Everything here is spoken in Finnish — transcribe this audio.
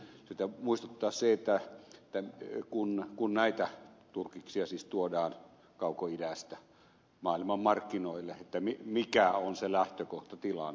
on syytä muistuttaa siitä kun näitä turkiksia tuodaan kaukoidästä maailmanmarkkinoille mikä on se lähtökohtatilanne